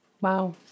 Wow